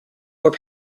were